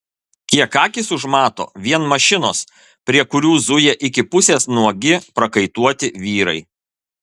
kiek akys užmato vien mašinos prie kurių zuja iki pusės nuogi prakaituoti vyrai